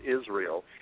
Israel